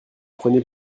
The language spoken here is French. prenez